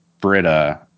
Britta